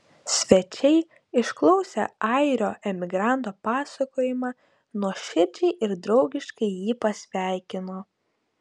svečiai išklausę airio emigranto pasakojimą nuoširdžiai ir draugiškai jį pasveikino